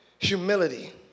Humility